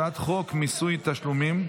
אני מודיע שהצעת חוק למניעת הטרדה מינית (תיקון,